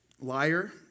liar